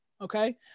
Okay